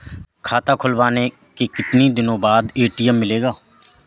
खाता खुलवाने के कितनी दिनो बाद ए.टी.एम मिलेगा?